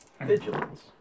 vigilance